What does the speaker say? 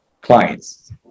clients